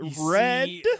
red